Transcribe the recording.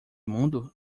mundo